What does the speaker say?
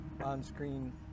on-screen